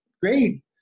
great